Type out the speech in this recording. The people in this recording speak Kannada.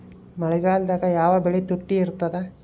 ಮಳೆಗಾಲದಾಗ ಯಾವ ಬೆಳಿ ತುಟ್ಟಿ ಇರ್ತದ?